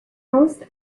most